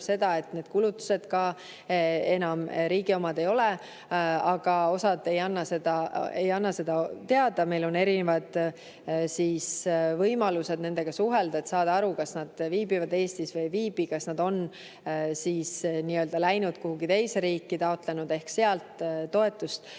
seda, et need kulutused enam riigi omad ei ole. Aga osa ei anna sellest teada. Meil on erinevad võimalused nendega suhelda, et saada aru, kas nad viibivad Eestis või ei viibi, kas nad on läinud kuhugi teise riiki, taotlenud ehk sealt toetust,